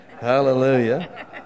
hallelujah